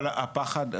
אבל הפחד הוא,